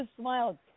smiled